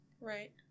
Right